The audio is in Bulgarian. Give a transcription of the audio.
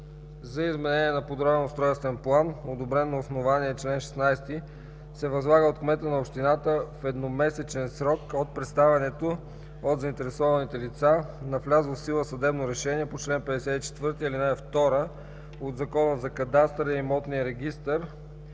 за изменение на подробен устройствен план, одобрен на основание чл. 16, се възлага от кмета на общината в едномесечен срок от представянето от заинтересувани лица на влязло в сила съдебно решение по чл. 54, ал. 2 от Закона за кадастъра и имотния регистър